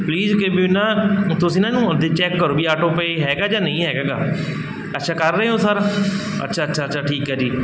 please ਕਈ ਵਾਰੀ ਨਾ ਤੁਸੀਂ ਨਾ ਇਹਨੂੰ ਅਤੇ ਚੈੱਕ ਕਰੋ ਵੀ ਆਟੋ ਪੇ ਹੈਗਾ ਜਾਂ ਨਹੀਂ ਹੈਗਾ ਗਾ ਅੱਛਾ ਕਰ ਰਹੇ ਹੋ ਸਰ ਅੱਛਾ ਅੱਛਾ ਅੱਛਾ ਠੀਕ ਆ ਜੀ